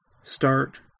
start